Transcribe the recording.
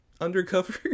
undercover